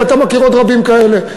ואתה מכיר עוד רבים כאלה.